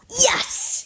Yes